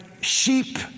sheep